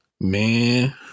man